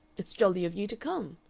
it's jolly of you to come,